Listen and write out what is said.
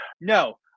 no